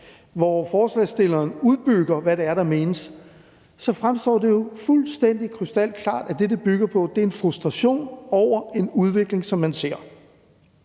hvor forslagsstilleren udbygger, hvad det er, der menes, så fremstår det jo fuldstændig krystalklart, at det, det bygger på, er en frustration over en udvikling, som man ser,